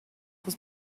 was